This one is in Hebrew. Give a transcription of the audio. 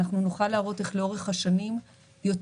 אנחנו נוכל להראות איך לאורך השנים יותר